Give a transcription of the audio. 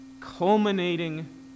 culminating